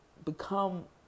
become